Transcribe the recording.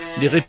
des